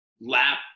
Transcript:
lap